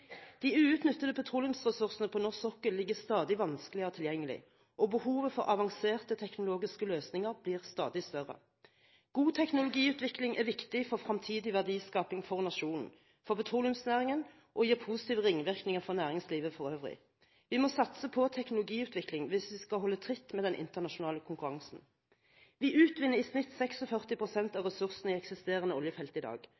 De uutnyttede petroleumsressursene på norsk sokkel ligger stadig vanskeligere tilgjengelig, og behovet for avanserte teknologiske løsninger blir stadig større. God teknologiutvikling er viktig for fremtidig verdiskaping for nasjonen, for petroleumsnæringen, og det gir positive ringvirkninger for næringslivet for øvrig. Vi må satse på teknologiutvikling hvis vi skal holde tritt med den internasjonale konkurransen. Vi utvinner i gjennomsnitt 46 pst. av ressursene i eksisterende oljefelt i dag.